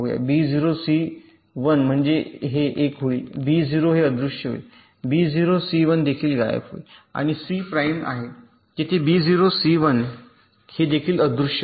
बी 0 C 1 म्हणजे हे 1 होईल बी 0 हे अदृश्य होईल बी 0 सी 1 हे देखील गायब होईल सी प्राइम आहे तेथे बी 0 सी 1 हे देखील अदृश्य होईल